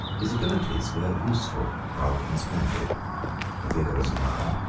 his abilities were useful rather than splendid a vigorous mind,